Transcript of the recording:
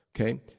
Okay